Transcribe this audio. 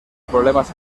problemas